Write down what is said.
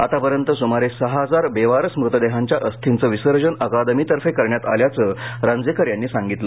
आत्तापर्यंत सुमारे सहा हजार बेवारस मृतदेहांच्या अस्थींचे विसर्जन अकादमीतर्फे करण्यात आल्याचं रांजेकर यांनी सांगितले